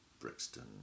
brixton